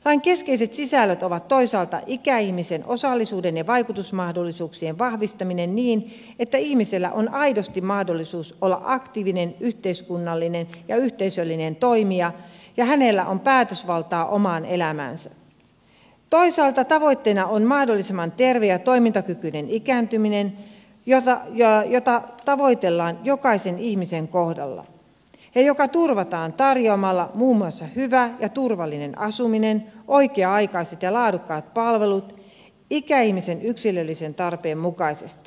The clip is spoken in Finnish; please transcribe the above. lain keskeiset sisällöt ovat toisaalta ikäihmisen osallisuuden ja vaikutusmahdollisuuksien vahvistaminen niin että ihmisellä on aidosti mahdollisuus olla aktiivinen yhteiskunnallinen ja yhteisöllinen toimija ja hänellä on päätösvaltaa omaan elämäänsä toisaalta tavoitteena on mahdollisimman terve ja toimintakykyinen ikääntyminen jota tavoitellaan jokaisen ihmisen kohdalla ja joka turvataan tarjoamalla muun muassa hyvä ja turvallinen asuminen oikea aikaiset ja laadukkaat palvelut ikäihmisen yksilöllisen tarpeen mukaisesti